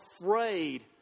afraid